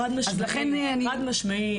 חד משמעי,